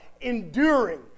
enduring